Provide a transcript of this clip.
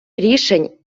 рішень